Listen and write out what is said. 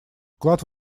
вклад